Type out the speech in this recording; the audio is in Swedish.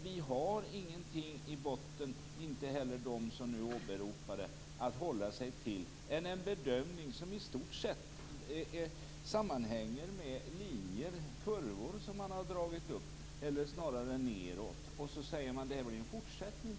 Vi har ingenting annat i botten, inte heller det som nu åberopas, att hålla oss till än en bedömning som i stort sett sammanhänger med linjer och kurvor som man har dragit upp, eller snarare ned. Och så säger man att det blir en fortsättning.